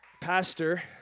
pastor